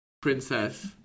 princess